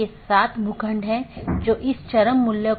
इस प्रकार एक AS में कई राऊटर में या कई नेटवर्क स्रोत हैं